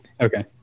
Okay